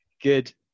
Good